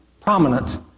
prominent